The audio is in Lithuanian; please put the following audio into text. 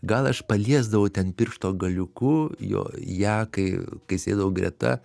gal aš paliesdavau ten piršto galiuku jo ją kai kai sėdėdavau greta